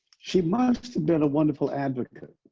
she must have been a wonderful advocate.